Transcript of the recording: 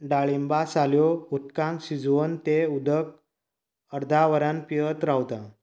डाळिंबा साल्यो उदकांत शिजोवन ते उदक अर्दा वरान पियत रावतां